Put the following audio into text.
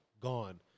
gone